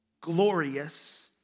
glorious